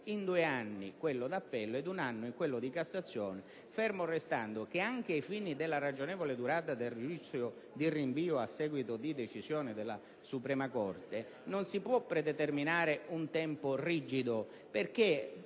in due anni quello d'appello ed in un anno quello di cassazione, fermo restando che, anche ai fini della ragionevole durata del giudizio di rinvio a seguito di decisione della Suprema corte, non si può predeterminare un tempo rigido,